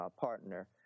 partner